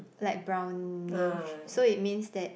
like brownish so it means that